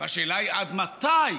והשאלה היא עד מתי,